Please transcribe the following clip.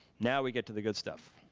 now we get to the good stuff.